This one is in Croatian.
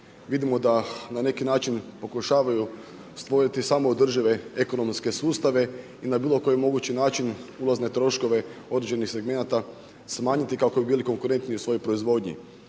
Vidimo da na neki način pokušavaju stvoriti samo održive ekonomske sustave i na bilo koji mogući način ulazne troškove određenih segmenata, smanjiti kako bi bili konkurentni u svojoj proizvodnji.